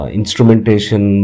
instrumentation